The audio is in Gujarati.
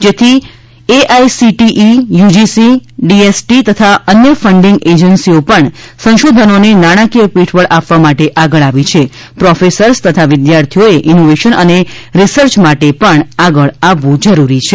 જેથી એઆઇસીટીઇ યુજીસી ડીએસટી તથા અન્ય ફંડિગ એજન્સીઓ પણ સંશોધનોને નાણાંકીય પીઠબળ આપવા માટે આગળ આવી છે પ્રોફેસર્સ તથા વિદ્યાર્થીઓએ ઇનોવેશન અને રિસર્ચ માટે આગળ આવવું જરૂરી છે